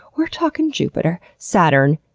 we're talkin' jupiter, saturn,